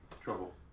trouble